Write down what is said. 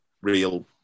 real